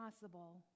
possible